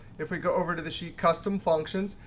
if we go over to the sheet custom functions,